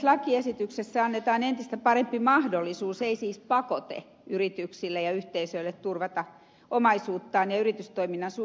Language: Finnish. lakiesityksessä annetaan entistä parempi mahdollisuus ei siis pakote yrityksille ja yhteisöille turvata omaisuuttaan ja yritystoiminnan substanssia